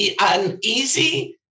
uneasy